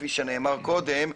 כפי שנאמר קודם,